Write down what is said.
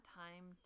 time